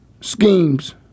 schemes